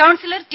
councillor T